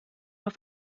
auf